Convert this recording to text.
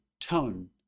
tone